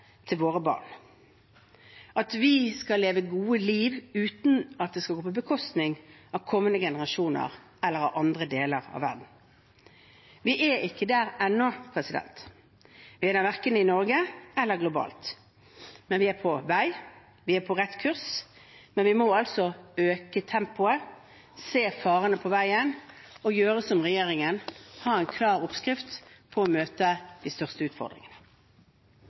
til våre barn, der vi skal leve et godt liv uten at det skal gå på bekostning av kommende generasjoner eller andre deler av verden. Vi er ikke der ennå, verken i Norge eller globalt, men vi er på vei. Vi er på rett kurs, men vi må øke tempoet, se farene på veien og gjøre som regjeringen: ha en klar oppskrift for å møte de største utfordringene.